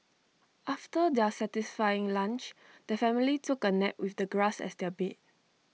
after their satisfying lunch the family took A nap with the grass as their bed